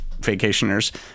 vacationers